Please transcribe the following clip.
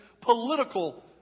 political